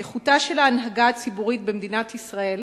איכותה של ההנהגה הציבורית במדינת ישראל